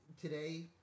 today